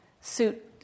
suit